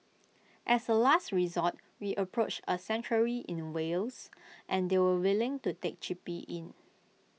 as A last resort we approached A sanctuary in Wales and they were willing to take chippy in